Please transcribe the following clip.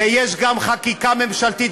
ויש גם חקיקה ממשלתית,